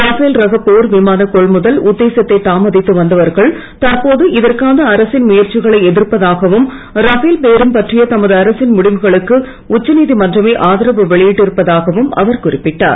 Rafale ரக போர் விமானக் கொள்முதல் உத்தேசத்தைத் தாமதித்து வந்தவர்கள் தற்போது இதற்கான அரசின் முயற்சிகளை எதிர்ப்பதாகவும் ரஃபேல் பேரம் பற்றிய தமது அரசின் முடிவுகளுக்கு உச்ச நீதிமன்றமே ஆதரவு வெளியிட்டிருப்பதாகவும் அவர் குறிப்பிட்டார்